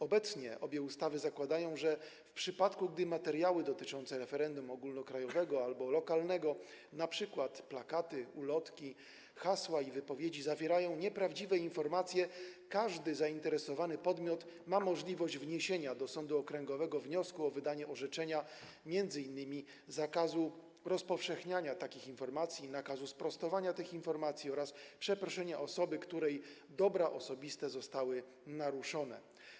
Obecnie obie ustawy zakładają, że w przypadku gdy materiały dotyczące referendum ogólnokrajowych albo lokalnego, np. plakaty, ulotki, hasła i wypowiedzi, zawierają nieprawdziwe informacje, każdy zainteresowany podmiot ma możliwość wniesienia do sądu okręgowego wniosku o wydanie orzeczenia, m.in. zakazu rozpowszechniania takich informacji, nakazu sprostowania tych informacji oraz przeproszenia osoby, której dobra osobiste zostały naruszone.